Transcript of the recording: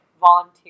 volunteer